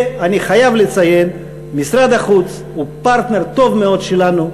ואני חייב לציין: משרד החוץ הוא פרטנר טוב מאוד שלנו.